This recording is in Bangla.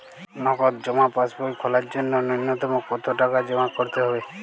নগদ জমা পাসবই খোলার জন্য নূন্যতম কতো টাকা জমা করতে হবে?